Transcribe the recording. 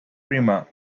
prima